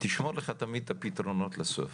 תשמור לך תמיד את הפתרונות לסוף,